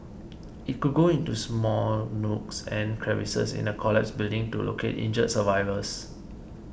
it could go into small nooks and crevices in a collapsed building to locate injured survivors